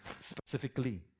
specifically